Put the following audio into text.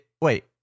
Wait